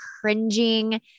cringing